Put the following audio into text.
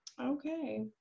Okay